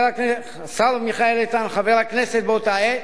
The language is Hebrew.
השר מיכאל איתן, חבר הכנסת באותה עת,